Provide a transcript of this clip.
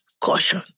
caution